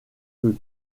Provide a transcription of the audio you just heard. que